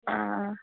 आं